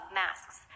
masks